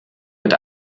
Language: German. mit